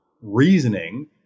reasoning